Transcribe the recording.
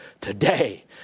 today